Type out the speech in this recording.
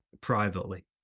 privately